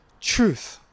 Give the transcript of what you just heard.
truth